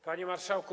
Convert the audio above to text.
Panie Marszałku!